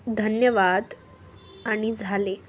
धन्यवाद आणि झाले